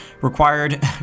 required